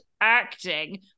acting